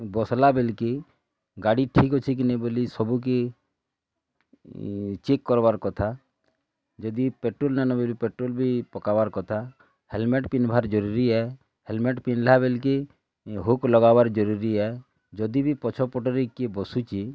ବସ୍ଲା ବେଲ୍କି ଗାଡ଼ି ଠିକ୍ ଅଛି କି ନାଇଁ ବୋଲି ସବୁକି ଚେକ୍ କର୍ବାର୍ କଥା ଯଦି ପ୍ରେଟୋଲ୍ ନାଇଁନ ବେଲେ ପ୍ରେଟୋଲ୍ ବି ପକାବାର୍ କଥା ହେଲମେଟ୍ ପିନ୍ଧ୍ବାର ଜରୁରୀ ହେ ହେଲମେଟ୍ ପିନ୍ଧ୍ଲା ବେଲକେ ହୁକ୍ ଲାଗାବାର୍ ଜରୁରୀ ହେ ଯଦି ବି ପଛ ପଟରେ କିଏ ବସୁଛି